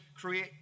create